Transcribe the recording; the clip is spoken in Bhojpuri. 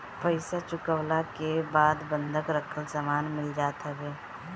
पईसा चुकवला के बाद बंधक रखल सामान मिल जात हवे